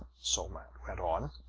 somat went on,